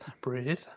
breathe